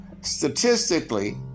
statistically